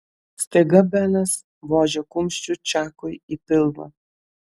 staiga benas vožė kumščiu čakui į pilvą